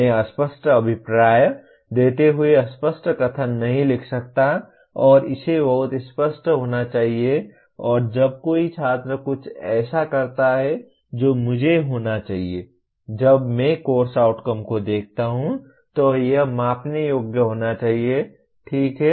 मैं अस्पष्ट अभिप्राय देते हुए अस्पष्ट कथन नहीं लिख सकता और इसे बहुत स्पष्ट होना चाहिए और जब कोई छात्र कुछ ऐसा करता है जो मुझे होना चाहिए जब मैं कोर्स आउटकम को देखता हूं तो यह मापने योग्य होना चाहिए ठीक है